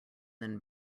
then